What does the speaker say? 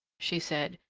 she said,